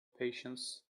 patience